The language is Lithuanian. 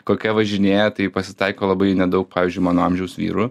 kokie važinėja tai pasitaiko labai nedaug pavyzdžiui mano amžiaus vyrų